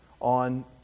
on